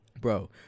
Bro